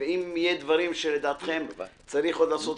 אם יהיו דברים שלדעתכם צריך עוד לעשות,